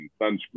sunscreen